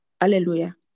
Hallelujah